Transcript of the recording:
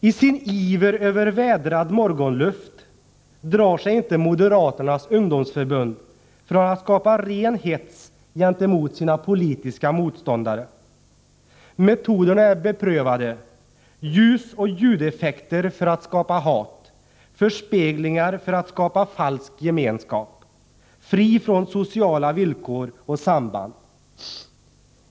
I sin iver över vädrad morgonluft drar sig inte moderaternas ungdomsförbund från att skapa ren hets gentemot sina politiska motståndare. Metoderna är beprövade; ljusoch ljudeffekter för att skapa hat. Förespeglingar för att skapa falsk gemenskap, fri från sociala villkor och samband.